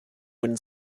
when